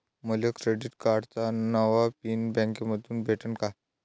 मले क्रेडिट कार्डाचा नवा पिन बँकेमंधून भेटन का?